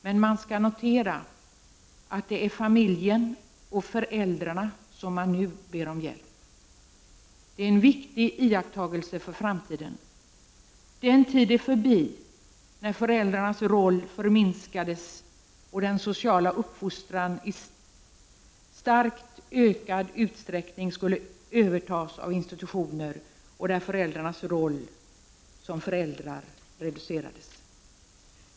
Men det skall noteras att det är familjen och föräldrarna som man nu ber om hjälp. Det är en viktig iakttagelse för framtiden. Den tid är förbi då föräldrarnas roll förminskades och den sociala uppfostran i starkt ökad utsträckning skulle övertas av institutioner samt då föräldrarnas roll som just föräldrar reducerades.